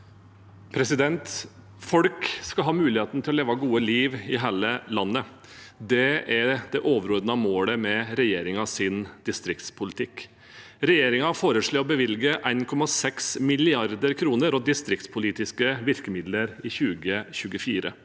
Folk skal ha mulighet- en til å leve et godt liv i hele landet. Det er det overordnede målet med regjeringens distriktspolitikk. Regjeringen foreslår å bevilge 1,6 mrd. kr til distriktspolitiske virkemidler i 2024.